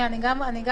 אני גם יוצאת.